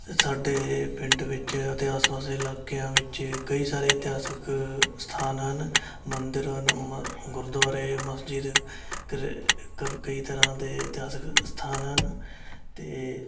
ਸਾਡੇ ਪਿੰਡ ਵਿੱਚ ਅਤੇ ਆਸ ਪਾਸ ਦੇ ਇਲਾਕਿਆਂ ਵਿੱਚ ਕਈ ਸਾਰੇ ਇਤਿਹਾਸਿਕ ਸਥਾਨ ਹਨ ਮੰਦਿਰ ਹਨ ਮ ਗੁਰਦੁਆਰੇ ਮਸਜਿਦ ਕਰ ਕਈ ਤਰ੍ਹਾਂ ਦੇ ਇਤਿਹਾਿਕਸ ਸਥਾਨ ਹਨ ਅਤੇ